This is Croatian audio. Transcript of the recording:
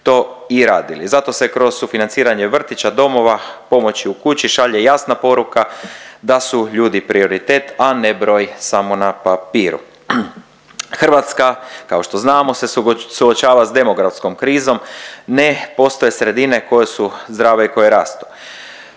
to i radili. Zato se kroz sufinanciranje vrtića, domova, pomoći u kući šalje jasna poruka da su ljudi prioritet, a ne broj samo na papiru. Hrvatska kao što znamo se suočava s demografskom krizom, ne postoje sredine koje su zdrave i koje rastu.